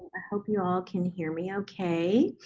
ah hope you all can hear me okay.